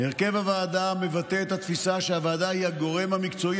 הרכב הוועדה מבטא את התפיסה שלפיה הוועדה היא הגורם המקצועי